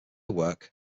work